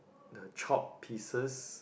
the chopped pieces